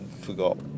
forgot